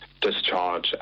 discharge